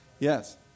Yes